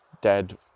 dead